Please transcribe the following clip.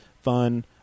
fun